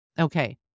Okay